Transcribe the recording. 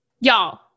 Y'all